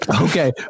Okay